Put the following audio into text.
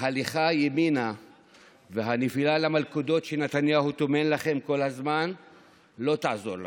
ההליכה ימינה והנפילה למלכודות שנתניהו טומן לכם כל הזמן לא יעזרו לכם.